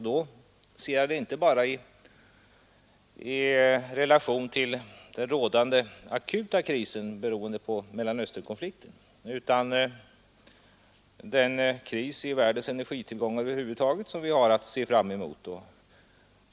Jag syftar då inte bara på den rådande akuta krisen till följd av Mellanösternkonflikten utan på den kris i världens energisituation över huvud taget som vi har att se fram emot.